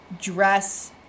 dress